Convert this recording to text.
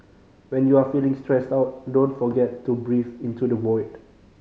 when you are feeling stressed out don't forget to breathe into the void